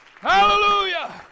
Hallelujah